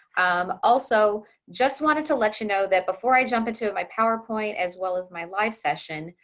um also, just wanted to let you know that before i jump into my powerpoint, as well as my life session.